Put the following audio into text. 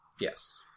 yes